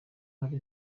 hari